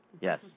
Yes